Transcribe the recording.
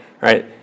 Right